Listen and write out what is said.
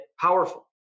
powerful